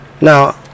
Now